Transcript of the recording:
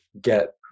get